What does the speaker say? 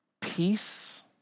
peace